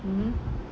mmhmm